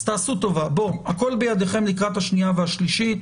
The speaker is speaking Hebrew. אז תעשו טובה, הכול בידיכם לקראת השנייה והשלישית.